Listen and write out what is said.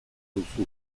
duzu